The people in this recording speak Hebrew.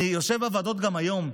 אני יושב בוועדות גם היום,